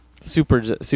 Super